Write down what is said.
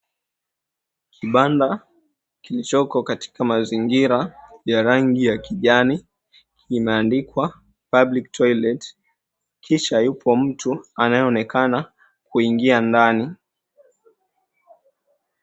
Kibanda kilichoko katika mazingira ya rangi ya kijani imeandikwa "Public Toilet". Kisha yupo mtu anayeonekana kuingia ndani.